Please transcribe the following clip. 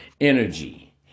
energy